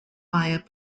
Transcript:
via